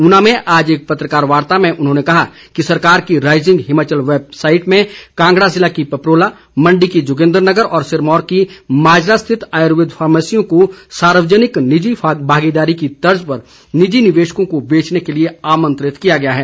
ऊना में आज एक पत्रकार वार्ता में उन्होंने कहा कि सरकार की राईजिंग हिमाचल वैब साईट में कांगड़ा जिला की पपरोला मंडी की जोगिंद्रनगर और सिरमौर की माजरा स्थित आयुर्वेद फार्मेसियों को सार्वजनिक निजी भागीदारी की तर्ज पर निजी निवेशकों को बेचने के लिए आमंत्रित किया गया है